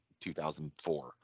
2004